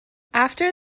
after